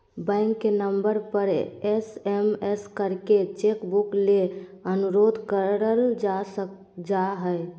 bank के number पर SMS करके चेक बुक ले अनुरोध कर जा हय